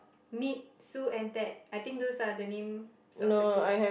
meet Sue and Ted I think those are the names of the goods